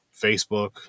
Facebook